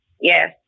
yes